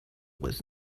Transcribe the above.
was